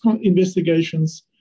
investigations